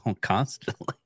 constantly